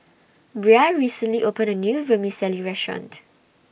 Bria recently opened A New Vermicelli Restaurant